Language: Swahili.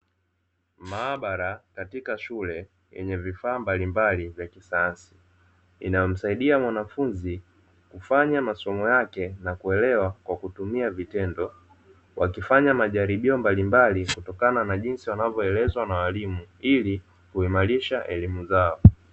Maabara katika shule yenye vifaa mbalimbali vya kisayansi. Inamsaidia mwanafunzi kufanya masomo yake na kuelewa kwa kutumia vitendo wakifanya majaribio mbalimbali, kutokana na jinsi wanavyoelezwa na walimu ili kuimarisha elimu zao.